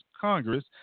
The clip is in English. Congress